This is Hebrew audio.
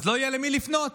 לא יהיה למי לפנות.